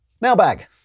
Mailbag